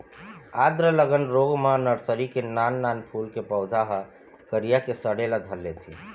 आद्र गलन रोग म नरसरी के नान नान फूल के पउधा ह करिया के सड़े ल धर लेथे